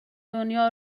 دنیا